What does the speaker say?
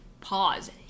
pause